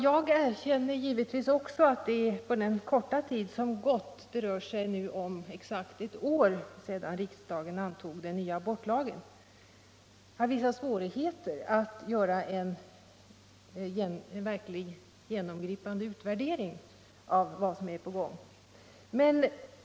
Jag erkänner givetvis också att det efter den korta tid som gått — det rör sig om exakt ett år sedan riksdagen antog den nya abortlagen — medför vissa svårigheter att göra en verkligt genomgripande utvärdering av vad som är på gång.